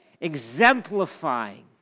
exemplifying